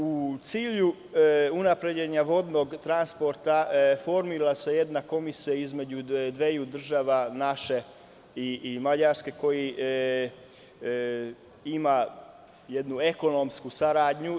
U cilju unapređenja vodnog transporta formira se jedna komisija između dveju država, između naše i Mađarske, koja ima jednu ekonomsku saradnju.